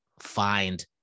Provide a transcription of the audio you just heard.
find